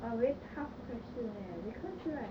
!wah! very tough question eh because right